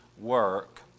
work